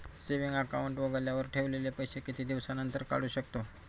Saving account उघडल्यावर ठेवलेले पैसे किती दिवसानंतर काढू शकतो?